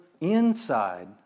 inside